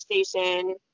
station